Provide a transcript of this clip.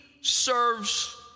serves